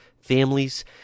families